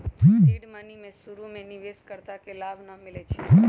seed money में शुरु में निवेश कर्ता के लाभ न मिलै छइ